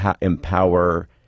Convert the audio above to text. empower